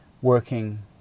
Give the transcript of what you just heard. working